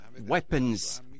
weapons